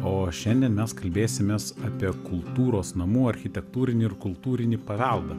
o šiandien mes kalbėsimės apie kultūros namų architektūrinį ir kultūrinį paveldą